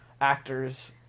actors